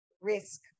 risk